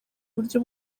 buryo